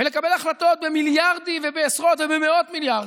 ולקבל החלטות במיליארדים ובעשרות ובמאות מיליארדים.